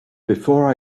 before